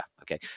okay